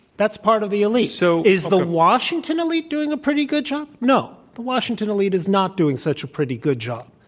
that's part of the elite. so is the washington elite doing a pretty good job? no. the washington elite is not doing such a pretty good job.